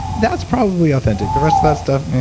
that's probably authentic. the rest of that stuff,